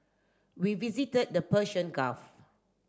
we visited the Persian Gulf